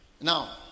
Now